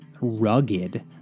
rugged